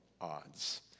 odds